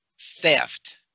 theft